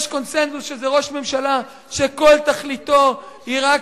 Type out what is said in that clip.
יש קונסנזוס שזה ראש ממשלה שכל תכליתו היא רק,